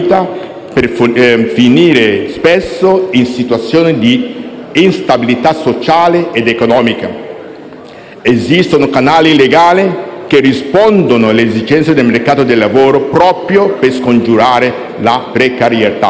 per finire spesso in situazioni di instabilità sociale ed economica: esistono i canali legali che rispondono alle esigenze del mercato del lavoro proprio per scongiurare la precarietà.